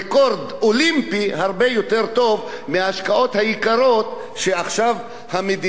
אולימפי הרבה יותר טוב מההשקעות היקרות בייצוג המדינה,